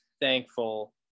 thankful